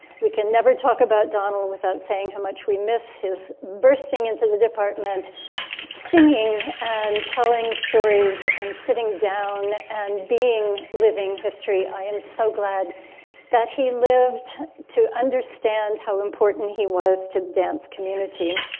we can never talk about donald without saying how much we miss his bursting into the department singing and telling stories and sitting down and being living history. i am so glad that he lived to understand how important he was to the dance community.